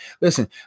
Listen